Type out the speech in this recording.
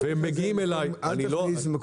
הם מגיעים אליי --- אל תכניס דברים